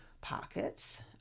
pockets